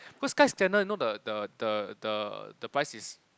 cause Skyscanner you know the the the the the price is